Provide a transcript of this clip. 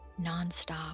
nonstop